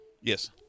Yes